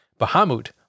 Bahamut